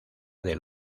del